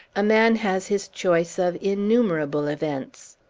a man has his choice of innumerable events.